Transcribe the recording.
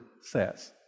says